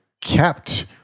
kept